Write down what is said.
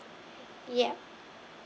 yup